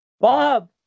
Bob